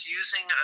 using